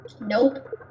Nope